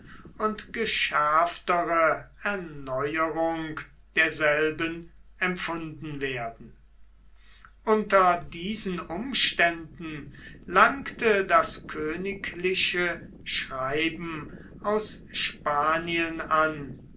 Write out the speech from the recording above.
und geschärftere erneuerung derselben empfunden werden unter diesen umständen langte das königliche schreiben aus spanien an